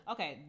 Okay